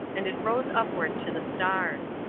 and it rose upward to the stars.